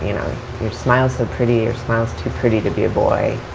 you know smile's so pretty, your smile's too pretty to be a boy.